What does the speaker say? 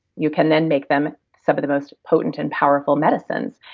you can then make them some of the most potent and powerful medicines.